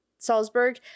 Salzburg